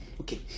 Okay